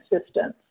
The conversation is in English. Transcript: assistance